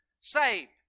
Saved